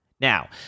Now